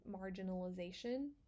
marginalization